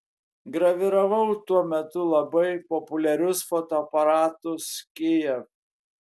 graviravau tuo metu labai populiarius fotoaparatus kijev